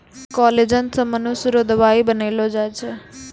collagen से मनुष्य रो दवाई बनैलो जाय छै